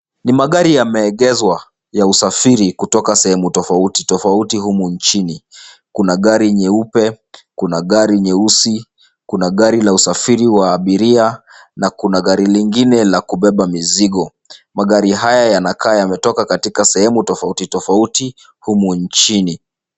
Ni magari yameegezwa ya usafiri kutoka sehemu tofauti tofauti humu nchini. Kuna gari nyeupe, kuna gari nyeusi, kuna gari la usafiri wa abiria na kuna gari lingine la kubeba mizigo. Magari haya yanakaa yametoka katika sehemu tofauti tofauti humu nchini.